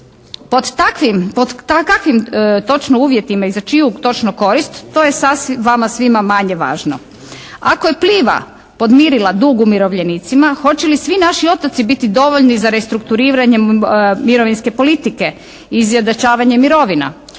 pod kakvim točno uvjetima i za čiju točno korist to je vama svima manje važno. Ako je Pliva podmirila dug umirovljenicima hoće li svi naši otoci biti dovoljni za restrukturiranjem mirovinske politike, izjednačavanje mirovina